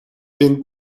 ben